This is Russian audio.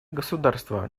государства